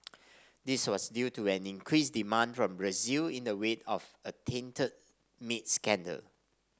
this was due to an increased demand from Brazil in the wake of a tainted meat scandal